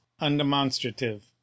undemonstrative